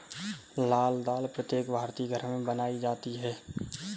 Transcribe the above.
लाल दाल प्रत्येक भारतीय घर में बनाई जाती है